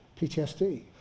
PTSD